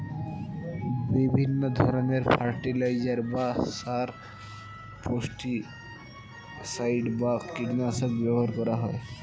বিভিন্ন ধরণের ফার্টিলাইজার বা সার, পেস্টিসাইড বা কীটনাশক ব্যবহার করা হয়